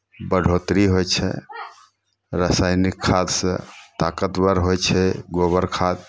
बढ़ोतरी होइ छै रासायनिक खादसँ ताकतवर होइ छै गोबर खाद